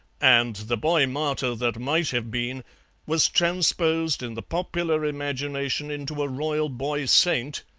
and the boy-martyr-that-might-have-been was transposed in the popular imagination into a royal boy-saint,